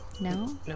No